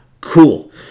cool